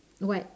what